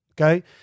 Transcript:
Okay